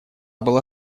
была